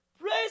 praise